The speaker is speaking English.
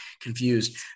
confused